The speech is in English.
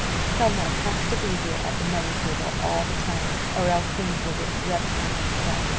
some one has to be here at the money table all the time, or else things will get dreadfully mixed up.